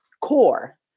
core